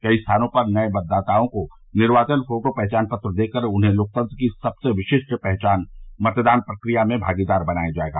कई स्थानों पर नए मतदाताओं को निर्वाचन फोटो पहचान पत्र देकर उन्हें लोकतंत्र की सबसे विशिष्ट पहचान मतदान प्रक्रिया में भागीदार बनाया जाएगा